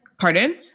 Pardon